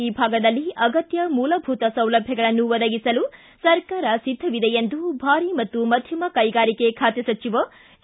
ಈ ಭಾಗದಲ್ಲಿ ಅಗತ್ಯ ಮೂಲಭೂತ ಸೌಲಭ್ಧಗಳನ್ನು ಒದಗಿಸಲು ಸರ್ಕಾರ ಸಿದ್ಧವಿದೆ ಎಂದು ಭಾರಿ ಮತ್ತು ಮಧ್ಯಮ ಕೈಗಾರಿಕೆ ಖಾತೆ ಸಚಿವ ಕೆ